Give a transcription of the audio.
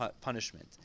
punishment